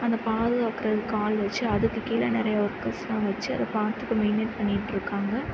அதை பாதுகாக்கிறதுக்கு ஆள் வச்சு அதுக்கு கீழே நிறையா ஒர்க்கர்ஸெலாம் வச்சு அதை பார்த்துக்க மெயின்டேன் பண்ணிக்கிட்டிருக்காங்க